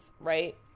right